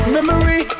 Memory